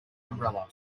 umbrella